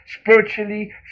spiritually